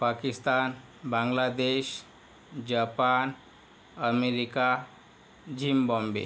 Pakistan Bangladesh Japan America Zimbabwe